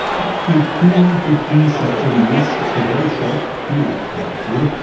up to two to three seconds, so very short periods of time actually,